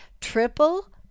Triple